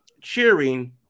cheering